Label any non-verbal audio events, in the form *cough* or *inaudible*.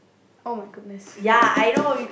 oh-my-goodness *breath*